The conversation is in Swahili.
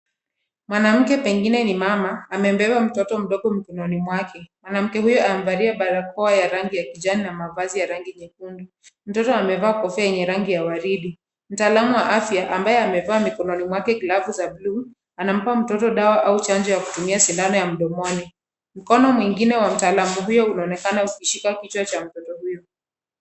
Mwanamke pengine ni mama amembeba mtoto mdogo mkononi mwake, mwanamke huyo amevalia barakoa ya rangi ya kijani na mavazi ya rangi nyekundu. Mtoto amevaa kofia enye rangi ya waridi. Mtaalamu wa afya ambaye amevaa mkononi mwake glavu za buluu anampa mtoto dawa au chanjo ya kutumia sindano ya mdomoni mkono mwingine wa mtalamu huyo unaonekana ukishika kichwa cha mtoto huyo.